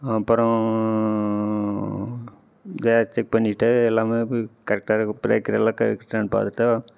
அப்புறோம் back check பண்ணிகிட்டு எல்லாமே கரெக்டாக இருக்கா பிரேக்கர் எல்லாம் கரெக்டானு பார்த்துட்டு